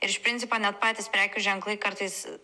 ir iš principo net patys prekių ženklai kartais